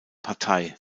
partei